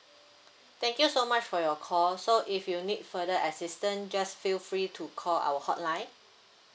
thank you so much for your call so if you need further assistant just feel free to call our hotline